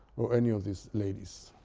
or any of these ladies.